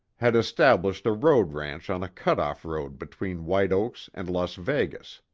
had established a road-ranch on a cut-off road between white oaks and las vegas.